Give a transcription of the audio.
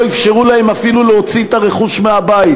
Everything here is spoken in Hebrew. אפשרו להם אפילו להוציא את הרכוש מהבית,